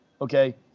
okay